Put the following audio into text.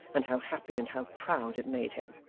and how happy and how proud it made him.